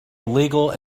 illegal